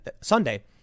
Sunday